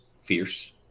Fierce